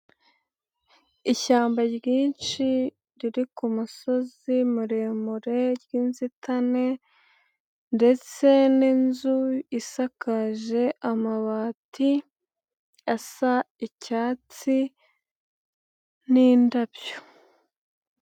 Ishyamba ryinshi riri ku musozi muremure ry'inzitane ndetse n'inzu isakaje amabati asa icyatsi n'indabyo.